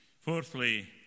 Fourthly